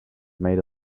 made